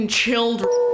children